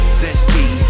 zesty